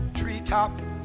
treetops